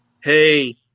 Hey